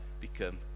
become